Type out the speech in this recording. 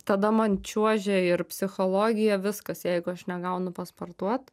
tada man čiuožia ir psichologija viskas jeigu aš negaunu pasportuot